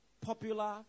popular